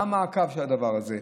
מה המעקב אחר הדבר הזה.